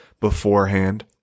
beforehand